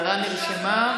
ההערה נרשמה.